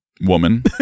woman